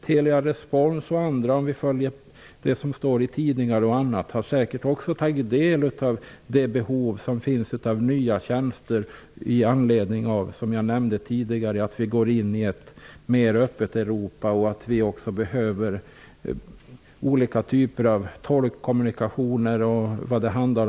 Vi kan följa det som bl.a. står i tidningarna. Telerespons har säkert också tagit del av det behov som finns av nya tjänster med anledning av att vi går in i ett mer öppet Europa och t.ex. behöver olika typer av tolkkommunikationer, som jag sade tidigare.